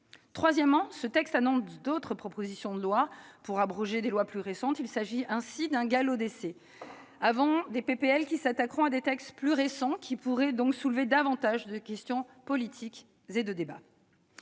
Troisièmement, ce texte annonce d'autres propositions de loi pour abroger des lois plus récentes. Il s'agit ainsi d'un galop d'essai, avant des propositions de loi qui s'attaqueront à des textes plus récents, qui pourraient soulever davantage de questions politiques et de débats.